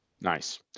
nice